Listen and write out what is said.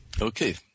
Okay